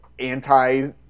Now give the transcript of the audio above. Anti